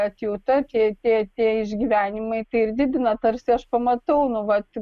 atjauta tie tie tie išgyvenimai tai ir didina tarsi aš pamatau nu vat